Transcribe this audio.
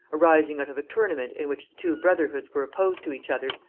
arising out of a tournament in which the two brotherhoods were opposed to each other,